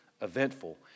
eventful